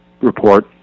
report